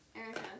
Erica